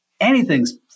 anything's